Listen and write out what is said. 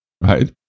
Right